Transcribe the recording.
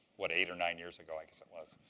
what, eight or nine years ago, i guess it was.